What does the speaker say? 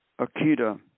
Akita